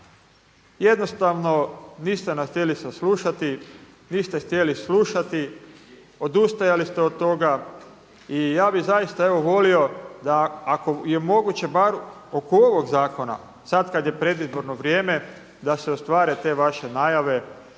jednostavno niste nas htjeli saslušati, niste htjeli slušati, odustajali ste od toga i ja bih zaista evo volio da ako je moguće bar oko ovog zakona sada kada je predizborno vrijeme da se ostvare te vaše najave